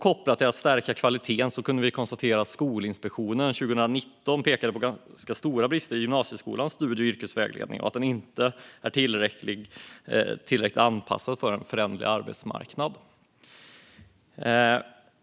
Kopplat till att stärka kvaliteten kan vi konstatera att Skolinspektionen 2019 pekade på ganska stora brister i gymnasieskolans studie och yrkesvägledning, bland annat att den inte är tillräckligt anpassad för en föränderlig arbetsmarknad.